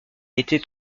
était